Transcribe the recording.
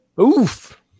Oof